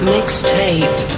Mixtape